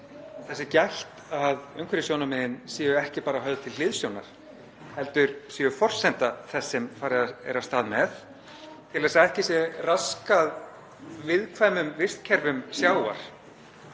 þess sé gætt að umhverfissjónarmiðin séu ekki bara höfð til hliðsjónar heldur séu forsenda þess sem farið er af stað með til að ekki sé raskað viðkvæmu vistkerfi sjávar.